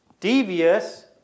devious